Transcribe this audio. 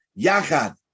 Yachad